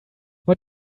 what